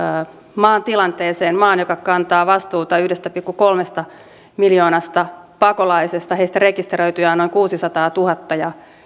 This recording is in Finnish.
maan tilanteeseen maan joka kantaa vastuuta yhdestä pilkku kolmesta miljoonasta pakolaisesta heistä rekisteröityjä on noin kuusisataatuhatta ja